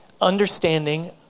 understanding